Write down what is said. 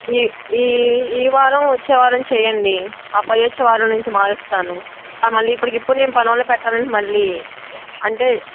ఈ వారం వచ్చే వారం చెయ్యండి ఆపై వచ్చేవారం నుంచి మారుస్తాను మళ్ళీ ఇప్పటికిప్పుడు నేను పనోల్లని పెట్టాలంటే మళ్ళీ అంటే